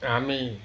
हामी